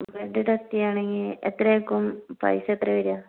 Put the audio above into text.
blood test ചെയ്യാണെങ്കിൽ എത്രയാക്കും പൈസ എത്രയാ വരാ